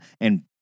and-